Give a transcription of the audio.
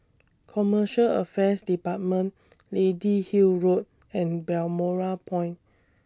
Commercial Affairs department Lady Hill Road and Balmoral Point